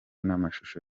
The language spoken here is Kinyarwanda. namashusho